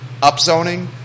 upzoning